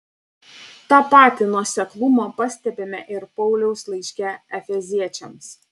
tą patį nuoseklumą pastebime ir pauliaus laiške efeziečiams